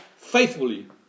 faithfully